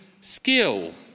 skill